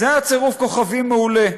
"זה היה צירוף כוכבים מעולה.